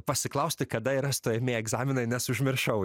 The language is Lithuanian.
pasiklausti kada yra stojamieji egzaminai nes užmiršau